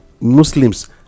Muslims